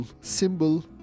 symbol